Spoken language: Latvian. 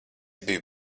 biju